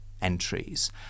entries